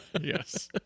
Yes